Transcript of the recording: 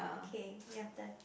okay your turn